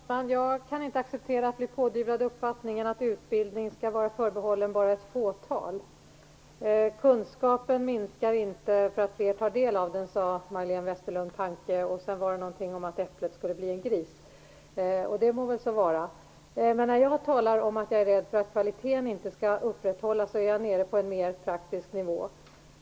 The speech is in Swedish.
Fru talman! Jag kan inte acceptera att bli pådyvlad uppfattningen att utbildning skall vara förbehållen bara ett fåtal. Kunskapen minskar inte för att fler tar del av den, sade Majléne Westerlund Panke. Sedan var det visst någonting om att äpplet skulle bli en gris, och det må väl så vara. Men när jag talar om att jag rädd för att kvaliteten inte skall upprätthållas är jag nere på en mer praktisk nivå.